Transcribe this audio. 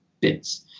bits